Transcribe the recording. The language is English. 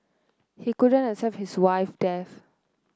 he couldn't accept his wife death